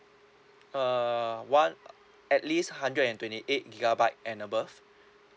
uh one at least hundred and twenty eight gigabyte and above